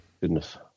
Goodness